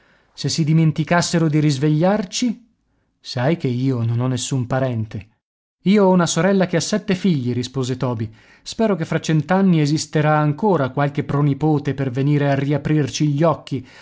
se si dimenticassero di risvegliarci sai che io non ho nessun parente io ho una sorella che ha sette figli rispose toby spero che fra cent'anni esisterà ancora qualche pronipote per venire a riaprirci gli occhi